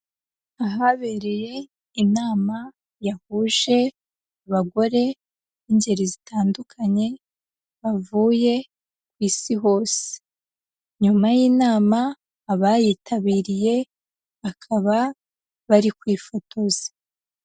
Ahabereye inama yahuje abagore b'ingeri zitandukanye bavuye Isi hose, nyuma y'inama abayitabiriye bakaba bari kwifotoza.